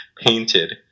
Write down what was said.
painted